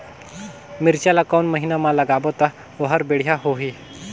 मिरचा ला कोन महीना मा लगाबो ता ओहार बेडिया होही?